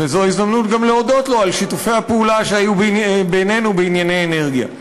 זו הזדמנות גם להודות לו על שיתופי הפעולה שהיו בינינו בענייני אנרגיה.